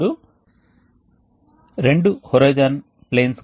కాబట్టి ఇది ఉష్ణోగ్రత వ్యత్యాసం